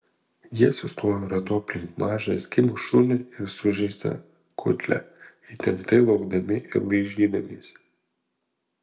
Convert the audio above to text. jie sustojo ratu aplink mažą eskimų šunį ir sužeistą kudlę įtemptai laukdami ir laižydamiesi